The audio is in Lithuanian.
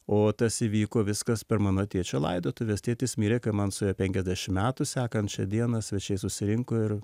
o tas įvyko viskas per mano tėčio laidotuves tėtis mirė kai man suėjo penkiasdešim metų sekančią dieną svečiai susirinko ir